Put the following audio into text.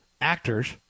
actors